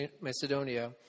Macedonia